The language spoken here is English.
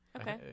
Okay